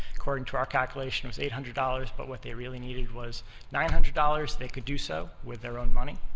according to our calculation, was eight hundred dollars, but what they really needed was nine hundred dollars, they could do so with their own money,